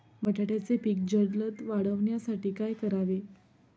बटाट्याचे पीक जलद वाढवण्यासाठी काय करावे?